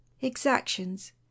exactions